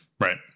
Right